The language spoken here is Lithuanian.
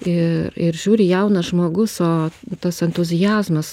ir ir žiūri jaunas žmogus o tas entuziazmas